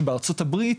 שבארצות הברית,